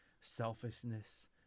selfishness